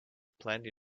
plenty